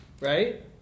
right